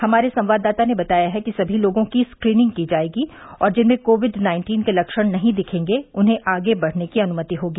हमारे संवाददाता ने बताया है कि सभी लोगों की स्क्रीनिंग की जाएगी और जिनमें कोविड नाइन्टीन के लक्षण नहीं दिखेंगे उन्हें आगे बढ़ने की अनुमति होगी